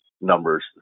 numbers